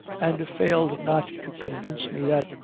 and failed not to convince me that,